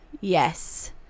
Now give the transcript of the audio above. yes